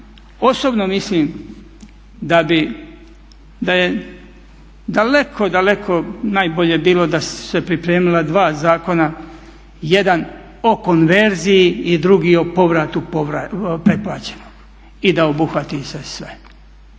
Osobno mislim da je daleko, daleko najbolje bilo da su se pripremila dva zakona, jedan o konverziji i drugi o povratu preplaćenog i da obuhvati se sve.